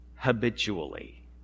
habitually